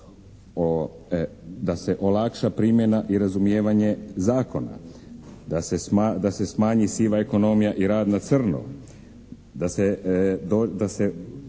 unije, olakšana primjena i razumijevanje zakona, smanjenje sive ekonomije i rada na crno što sam